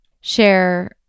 share